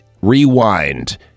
Rewind